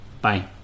Bye